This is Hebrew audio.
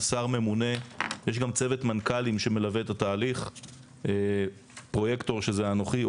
שר ממונה; יש גם צוות מנכ"לים שמלווה את התהליך; פרויקטור שזה אנוכי,